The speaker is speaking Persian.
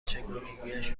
چگونگیاش